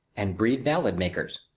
and breed ballad-makers.